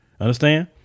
Understand